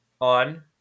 on